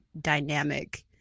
dynamic